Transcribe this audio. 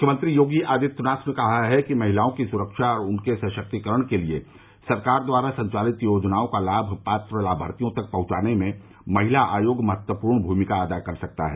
मुख्यमंत्री योगी आदित्यनाथ ने कहा है कि महिलाओं की सुरक्षा और उनके सशक्तिकरण के लिये सरकार द्वारा संचालित योजनाओं का लाभ पात्र लाभार्थियों तक पहंचाने में महिला आयोग महत्वपूर्ण भूमिका अदा कर सकता है